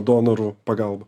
donorų pagalba